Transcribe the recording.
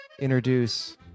introduce